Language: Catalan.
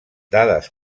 dades